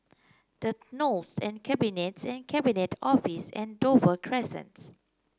The Knolls The Cabinets and Cabinet Office and Dover Crescents